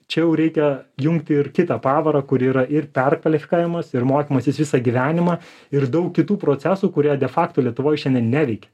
čia jau reikia jungti ir kitą pavarą kuri yra ir perkvalifikavimas ir mokymasis visą gyvenimą ir daug kitų procesų kurie de fakto lietuvoj šiandien neveikia